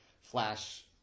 Flash